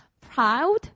proud